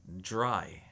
dry